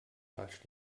falsch